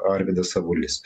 arvydas avulis